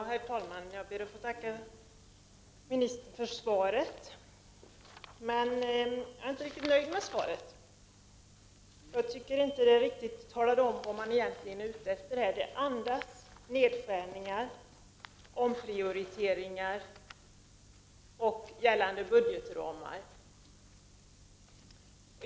Herr talman! Jag ber att få tacka ministern för svaret. Jag är däremot inte riktigt nöjd med svaret. Det talar inte riktigt om vad man egentligen är ute efter. Det andas nedskärningar och omprioriteringar inom gällande budgetramar.